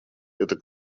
это